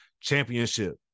championship